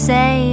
Say